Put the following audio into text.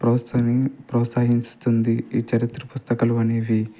ప్రోత్సని ప్రోత్సహిస్తుంది ఈ చరిత్ర పుస్తకాలు అనేవి